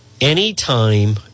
Anytime